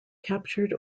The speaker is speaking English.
captured